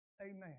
Amen